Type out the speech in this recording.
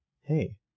hey